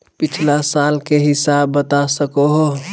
पिछला साल के हिसाब बता सको हो?